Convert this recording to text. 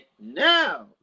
no